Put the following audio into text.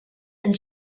and